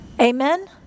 Amen